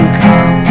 come